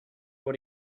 what